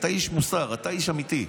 אתה איש מוסר, אתה איש אמיתי.